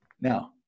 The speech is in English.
Now